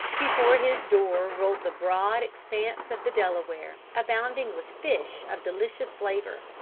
before his door rolled the broad expanse of the delaware, abounding with fish of delicious flavor.